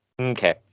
Okay